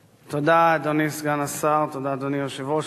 תודה, אדוני סגן השר, תודה, אדוני היושב-ראש.